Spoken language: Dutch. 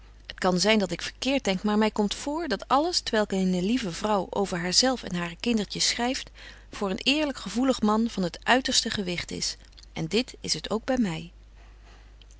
kan zyn dat ik verkeert denk maar my komt vôôr dat alles t welk eene lieve vrouw over haar zelf en hare kindertjes schryft voor een eerlyk gevoelig man van het uiterste gewigt is en dit is het ook by my